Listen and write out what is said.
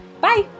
Bye